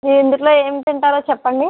ఈ ఇందులో ఏం తింటారో చెప్పండి